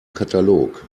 katalog